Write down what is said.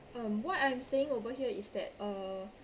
um what I'm saying over here is that uh